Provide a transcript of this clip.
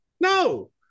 no